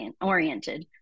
oriented